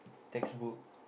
textbooks